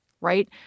right